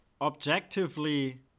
objectively